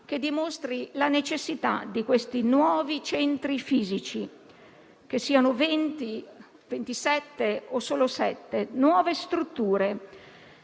che dimostri la necessità di questi nuovi centri fisici che siano 20, 27 o solo sette nuove strutture,